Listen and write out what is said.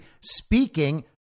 speaking